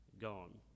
gone